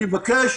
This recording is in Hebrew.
אני מבקש